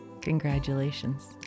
Congratulations